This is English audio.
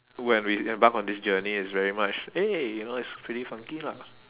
when we embark on this journey it's very much eh you know it's pretty funky lah